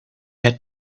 had